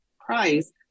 price